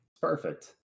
Perfect